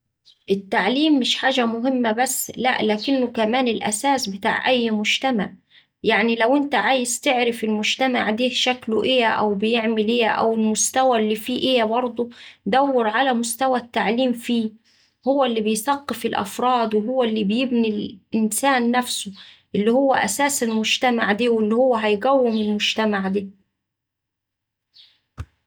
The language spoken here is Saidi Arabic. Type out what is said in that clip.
التعليم مش حاجة مهمة بس، لأ لكنه كمان الأساس بتاع أي مجتمع يعني لو إنت عايز تعرف المجتمع ده شكله إيه أو بيعمل إيأو المستوى اللي فيه إيه برده، دور على مستوى التعليم فيه، هو اللي بيثقف الأفراد وهو اللي بيبني الإنسان نفسه اللي هوه أساس المجتمع ده واللي هوه هيقوم المتجمع ده.